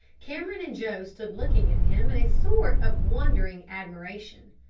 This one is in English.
cameron and joe stood looking at him in a sort of wondering admiration.